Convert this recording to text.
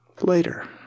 later